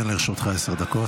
אם כן, לרשותך עשר דקות.